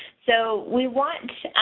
so we want